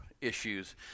issues